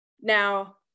Now